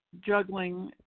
juggling